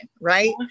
right